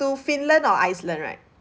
to finland or iceland right